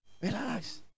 Relax